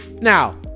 Now